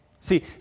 See